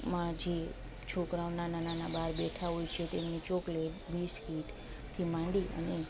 માંજે છોકરાઓ નાના નાના બાર બેઠા હોય છે તેમને ચોકલેટ બિસ્કિટ થી માંડી અને